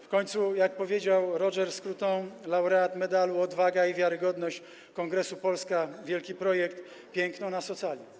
W końcu, jak powiedział Roger Scruton, laureat medalu „Odwaga i Wiarygodność” kongresu „Polska Wielki Projekt”, piękno nas ocali.